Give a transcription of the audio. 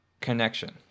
connection